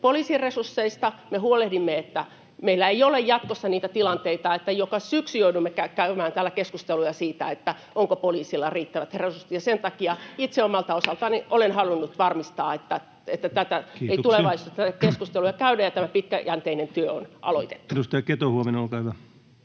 poliisin resursseista, me huolehdimme, että meillä ei ole jatkossa niitä tilanteita, että joka syksy joudumme käymään täällä keskusteluja siitä, onko poliisilla riittävät resurssit, ja sen takia itse omalta osaltani olen halunnut varmistaa, [Puhemies: Kiitoksia!] että tulevaisuudessa ei näitä keskusteluja käydä, ja tämä pitkäjänteinen työ on aloitettu.